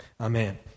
Amen